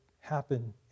happen